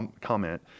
comment